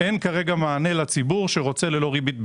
אין כרגע מענה לציבור שרוצה ללא ריבית כלל.